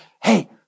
hey